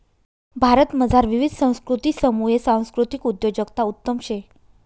भारतमझार विविध संस्कृतीसमुये सांस्कृतिक उद्योजकता उत्तम शे